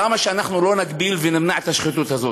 למה שאנחנו לא נגביל ונמנע את השחיתות הזאת?